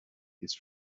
his